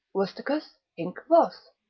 rusticus hinc vos,